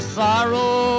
sorrow